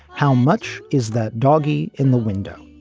how much is that doggie in the window?